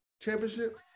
Championship